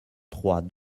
trois